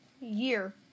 year